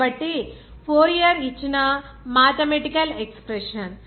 కాబట్టి ఫోరియర్ ఇచ్చిన ఈ మాథెమటికల్ ఎక్స్ప్రెషన్